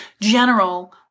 general